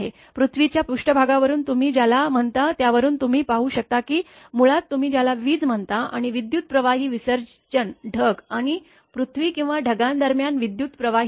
पृथ्वीच्या पृष्ठभागावरून तुम्ही ज्याला म्हणता त्यावरून तुम्ही पाहू शकता की मुळात तुम्ही ज्याला वीज म्हणता आणि विद्युत प्रवाही विसर्जन ढग आणि पृथ्वी किंवा ढगांदरम्यान विद्युत प्रवाहित होते